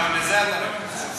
גם לזה אתה רגיל,